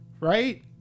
right